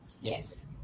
Yes